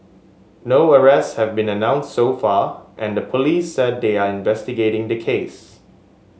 no arrests have been announced so far and the police said they are investigating the case